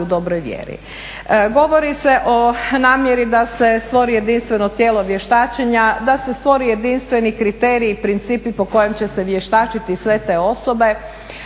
Govori se o namjeri da se stvori jedinstveno tijelo vještačenja, da se stvori jedinstveni kriterij i principi po kojim će se vještačiti sve te osobe.